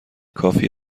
کافی